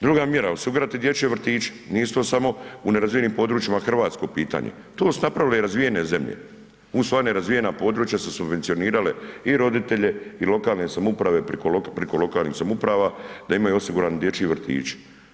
Druga mjera, osigurati dječje vrtiće, nisu to samo u nerazvijenijim područjima hrvatsko pitanje, to su napravile i razvijene zemlje u svoja nerazvijena područja su subvencionirale i roditelje i lokalne samouprave preko lokalnih samouprava da imaju osigurane dječje vrtiće.